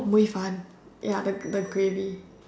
mui fan ya the the gravy